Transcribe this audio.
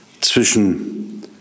zwischen